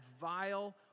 vile